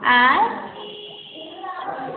आँय